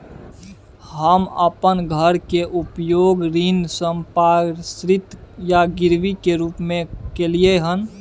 हम अपन घर के उपयोग ऋण संपार्श्विक या गिरवी के रूप में कलियै हन